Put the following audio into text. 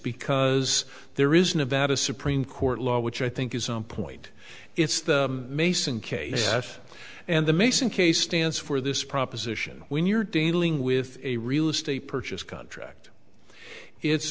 because there is nevada supreme court law which i think is on point it's the mason case and the mason case stands for this proposition when you're dealing with a real estate purchase contract it's